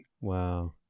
Wow